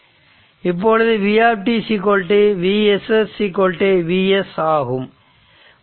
இப்பொழுது v Vss Vs ஆகும்